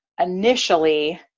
initially